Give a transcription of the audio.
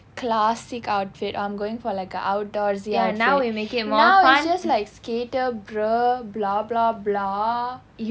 classic outfit I'm going for like a outdoors outfit now it's just like skater bruh blah blah blah